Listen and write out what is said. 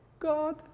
God